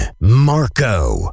marco